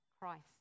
Christ